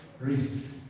risks